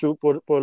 por